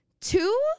two